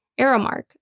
Aramark